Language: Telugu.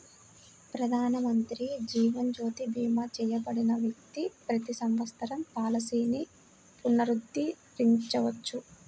ప్రధానమంత్రి జీవన్ జ్యోతి భీమా చేయబడిన వ్యక్తి ప్రతి సంవత్సరం పాలసీని పునరుద్ధరించవచ్చు